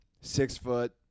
Six-foot